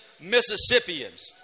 Mississippians